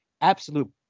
absolute